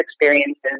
experiences